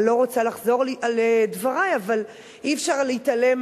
אני לא רוצה לחזור על דברי אבל אי-אפשר להתעלם